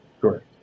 Correct